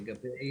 לגבי